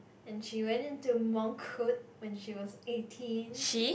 and she went into monk court when she was eighteen